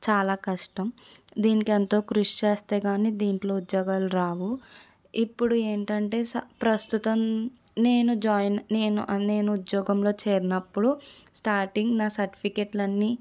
చాలా కష్టం దీనికి ఎంతో కృషి చేస్తే కానీ దీంట్లో ఉద్యోగాలు రావు ఇప్పుడు ఏంటంటే ప్రస్తుతం నేను జాయిన్ నేను అ నేను ఉద్యోగంలో చేరినప్పుడు స్టార్టింగ్ నా సర్టిఫికేట్లు అన్నీ